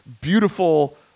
beautiful